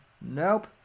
nope